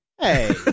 hey